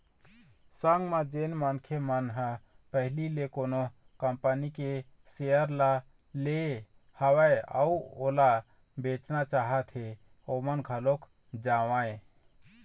संग म जेन मनखे मन ह पहिली ले कोनो कंपनी के सेयर ल ले हवय अउ ओला बेचना चाहत हें ओमन घलोक जावँय